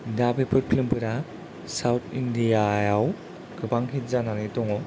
दा बेफोर फिल्म फोरा साउथ इण्डिया आव गोबां हिट जानानै दङ